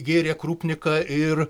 gėrė krupniką ir